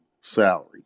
salary